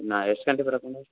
ನಾಳೆ ಎಷ್ಟು ಗಂಟೆಗೆ ಬರ್ಬೇಕು ಮೇಡಮ್